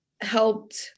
helped